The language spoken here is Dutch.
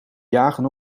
jagen